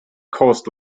coast